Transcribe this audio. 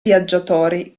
viaggiatori